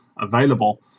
available